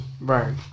right